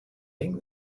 thing